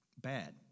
bad